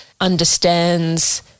understands